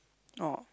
oh